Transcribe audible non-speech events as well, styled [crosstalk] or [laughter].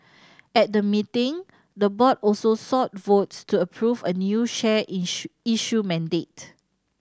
at the meeting the board also sought votes to approve a new share [unintelligible] issue mandate